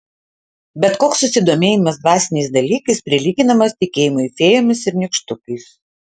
bet koks susidomėjimas dvasiniais dalykais prilyginamas tikėjimui fėjomis ir nykštukais